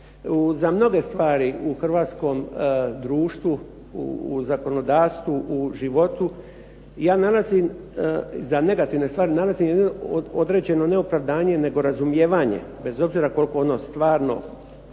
Za mnoge stvari u hrvatskom društvu, u zakonodavstvu, u životu ja nalazim, za negativne stvari nalazim određeno ne opravdanje nego razumijevanje, bez obzira koliko ono stvarno